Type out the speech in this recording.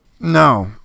No